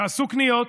תעשו קניות,